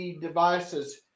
devices